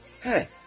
Hey